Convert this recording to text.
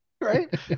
Right